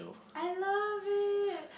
I love it